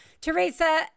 Teresa